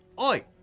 oi